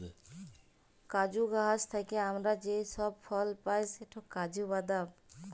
কাজু গাহাচ থ্যাইকে আমরা যে ফল পায় সেট কাজু বাদাম